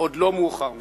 עוד לא מאוחר מדי.